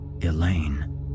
Elaine